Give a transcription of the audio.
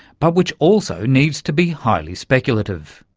but which also needs to be highly speculative.